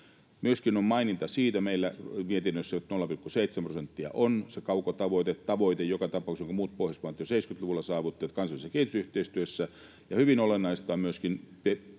Myöskin on maininta meillä mietinnössä siitä, että 0,7 prosenttia on se kaukotavoite, tavoite joka tapauksessa, kun muut Pohjoismaat jo seiskytluvulla saavuttivat sen kansallisessa kehitysyhteistyössä, ja hyvin olennaista on myöskin